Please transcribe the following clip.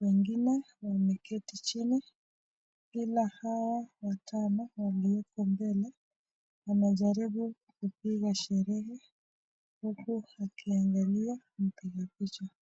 wengine wameketi chini ila Hawa watano walioko mbele wanajaribu kupika sherehe, huku wakiangalia mpiga picha.